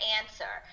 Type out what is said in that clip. answer